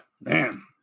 man